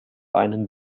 einen